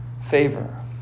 favor